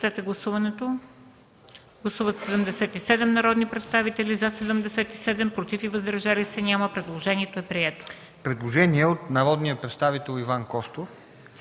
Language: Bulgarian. предложението на народния представител Иван Костов,